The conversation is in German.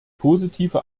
positive